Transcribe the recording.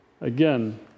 Again